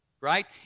Right